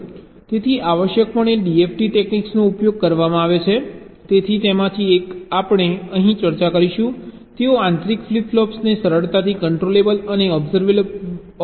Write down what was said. તેથી આવશ્યકપણે DFT ટેક્નીક્સનો ઉપયોગ કરવામાં આવે છે તેથી તેમાંથી એક આપણે અહીં ચર્ચા કરીશું તેઓ આંતરિક ફ્લિપ ફ્લોપ્સને સરળતાથી કન્ટ્રોલેબલ અને ઓબ્સર્વેબલ બનાવવાનો પ્રયાસ કરે છે